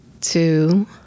two